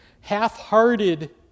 half-hearted